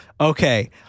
okay